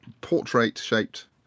portrait-shaped